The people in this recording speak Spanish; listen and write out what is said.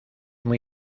muy